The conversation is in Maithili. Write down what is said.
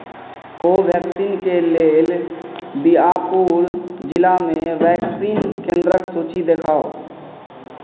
कोवैक्सिनके लेल बीआपुर जिलामे वैक्सीन केन्द्रके सूची देखाउ